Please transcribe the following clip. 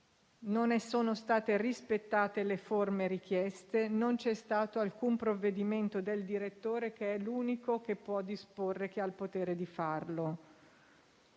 non sono state rispettate le forme richieste e non vi è stato alcun provvedimento del direttore, che è l'unico che può disporre e ha il potere di farlo.